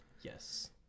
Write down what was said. Yes